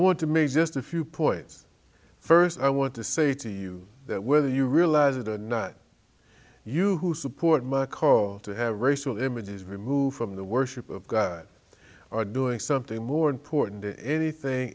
want to make just a few points first i want to say to you that whether you realize it or not you who support my call to have racial images removed from the worship of god are doing something more important than anything